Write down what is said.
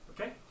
Okay